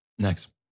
Next